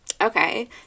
Okay